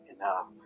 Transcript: enough